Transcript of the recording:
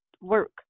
work